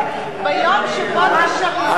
ביום שבו תשריינו מקומות לנשים,